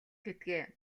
гэдгээ